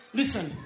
listen